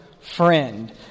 Friend